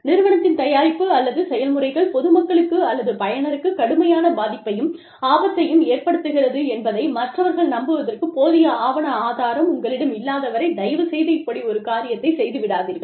நிறுவனத்தின் தயாரிப்பு அல்லது செயல்முறைகள் பொது மக்களுக்கு அல்லது பயனருக்கு கடுமையான பாதிப்பையும் ஆபத்தையும் ஏற்படுத்துகிறது என்பதை மற்றவர்கள் நம்புவதற்கு போதிய ஆவண ஆதாரம் உங்களிடம் இல்லாதவரை தயவு செய்து இப்படி ஒரு காரியத்தைச் செய்து விடாதீர்கள்